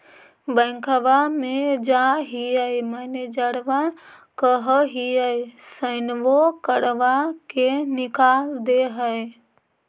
बैंकवा मे जाहिऐ मैनेजरवा कहहिऐ सैनवो करवा के निकाल देहै?